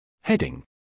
Heading